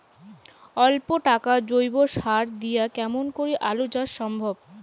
অল্প টাকার জৈব সার দিয়া কেমন করি আলু চাষ সম্ভব?